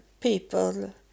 people